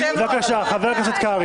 חבר הכנסת קרעי,